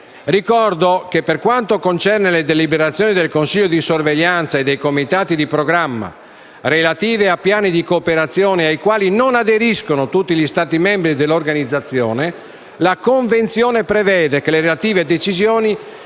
altresì che per quanto concerne le deliberazioni del Consiglio di sorveglianza e dei comitati di programma relative a piani di cooperazione ai quali non aderiscono tutti gli Stati membri dell'organizzazione, la Convenzione prevede che le relative decisioni